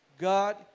God